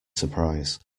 surprise